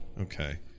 Okay